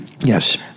Yes